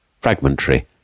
fragmentary